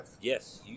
Yes